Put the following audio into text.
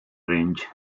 range